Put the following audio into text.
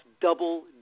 double